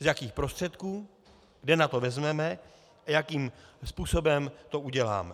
Z jakých prostředků, kde na to vezmeme a jakým způsobem to uděláme.